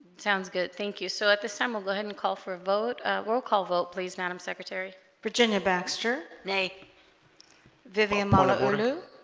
it sounds good thank you so at this time we'll go ahead and call for a vote roll call vote please madam secretary virginia baxter nay vivian molitor no